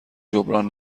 جبران